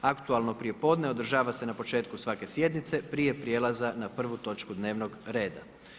Aktualno prijepodne održava se na početku svake sjednice prije prijelaza na prvu točku dnevnog reda.